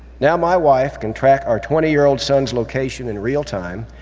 now my wife can track our twenty year old son's location in real time,